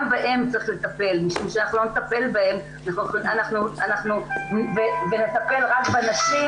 גם בהם צריך לטפל משום שאם לא נטפל בהם ונטפל רק בנשים,